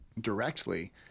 directly